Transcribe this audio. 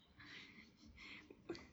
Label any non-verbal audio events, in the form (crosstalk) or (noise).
(laughs)